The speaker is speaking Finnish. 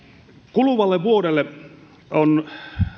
kuluvalle vuodelle on